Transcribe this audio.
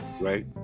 right